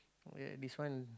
ya this one